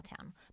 town